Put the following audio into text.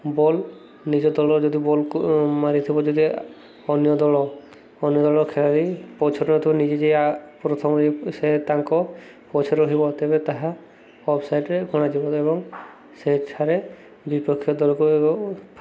ball ନିଜ ଦଳ ଯଦି ବଲ୍କୁ ମାରିଥିବ ଯଦି ଅନ୍ୟ ଦଳ ଅନ୍ୟ ଦଳ ଖେଳାଳି ପଛରେ ତ ନିଜେ ପ୍ରଥମ ସେ ତାଙ୍କ ପଛେ ରହିବ ତେବେ ତାହା ଅପ୍ସାଇଡ଼୍ରେ ଗଣାଯିବ ଏବଂ ସେଠାରେ ବିପକ୍ଷ ଦଳକୁ